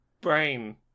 Brain